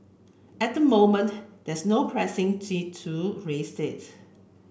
at the moment there's no pressing to raise it